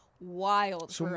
wild